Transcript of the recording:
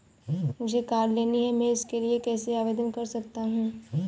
मुझे कार लेनी है मैं इसके लिए कैसे आवेदन कर सकता हूँ?